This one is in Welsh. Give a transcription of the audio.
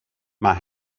mae